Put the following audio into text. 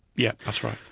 yes, that's right.